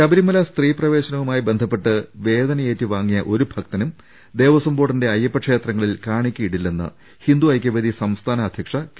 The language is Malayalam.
ശബരിമല സ്ത്രീ പ്രവേശനവുമായി ബന്ധപ്പെട്ട് വേദനയേറ്റു വാങ്ങിയ ഒരു ഭക്തനും ദേവസ്പം ബോർഡിന്റെ അയ്യപ്പ ക്ഷേത്രങ്ങളിൽ കാണിക്കയിടില്ലെന്ന് ഹിന്ദു ഐക്യവേദി സംസ്ഥാന അധ്യക്ഷ കെ